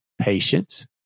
patience